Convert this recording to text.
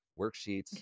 Worksheets